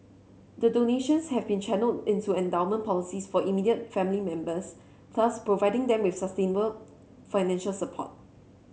the donations have been channelled into endowment policies for immediate family members thus providing them with sustainable financial support